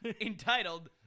entitled